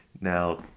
Now